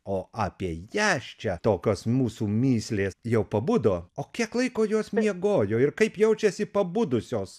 o apie jas čia tokios mūsų mįslės jau pabudo o kiek laiko jos miegojo ir kaip jaučiasi pabudusios